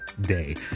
day